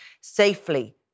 safely